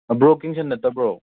bro ꯀꯤꯡꯁꯟ ꯅꯠꯇꯕ꯭ꯔꯣ